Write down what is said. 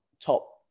top